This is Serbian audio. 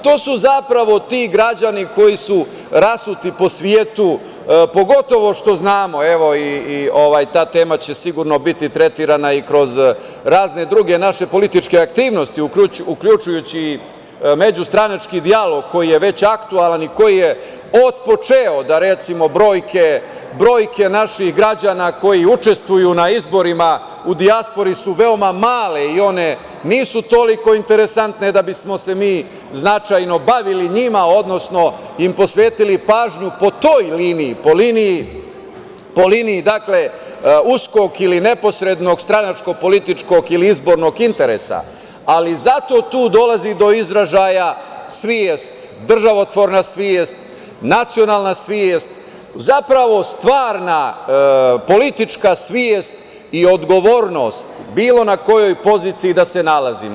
To su zapravo ti građani koji su rasuti po svetu, pogotovo što znamo, evo, ta tema će sigurno biti tretirana kroz razne druge naše političke aktivnosti, uključujući i međustranački dijalog, koji je već aktuelan i koji je otpočeo, da recimo brojke naših građana koji učestvuju na izborima u dijaspori su veoma male, one nisu toliko interesantne da bismo se mi značajno bavili njima, odnosno posvetili im pažnju po toj liniji, po liniji uskog ili neposrednog stranačko-političkog ili izbornog interesa, ali zato tu dolazi do izražaja državotvorna svest, nacionalna svest, zapravo stvarna politička svest i odgovornost, bilo na kojoj poziciji da se nalazimo.